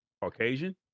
Caucasian